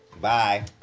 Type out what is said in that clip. Bye